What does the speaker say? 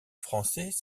français